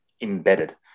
embedded